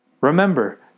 Remember